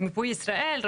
מיפוי ישראל,